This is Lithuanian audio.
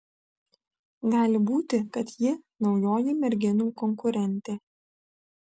gali būti kad ji naujoji merginų konkurentė